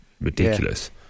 ridiculous